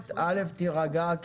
ראשית תירגע,